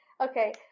Okay